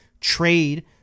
trade